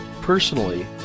personally